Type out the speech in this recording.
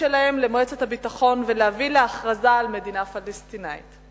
שלהם למועצת הביטחון ולהביא להכרזה על מדינה פלסטינית.